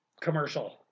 commercial